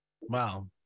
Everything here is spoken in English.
Wow